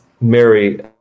Mary